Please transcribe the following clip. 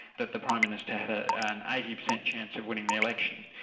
that the prime minister had ah an eighty percent chance of winning the election.